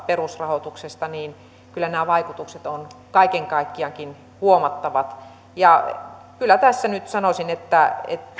perusrahoituksesta niin kyllä nämä vaikutukset ovat kaiken kaikkiaankin huomattavat ja kyllä tässä nyt sanoisin että